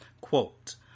Quote